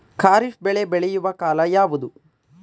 ಖಾರಿಫ್ ಬೆಳೆ ಬೆಳೆಯುವ ಕಾಲ ಯಾವುದು?